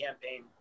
campaign